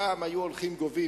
פעם היו הולכים גובים,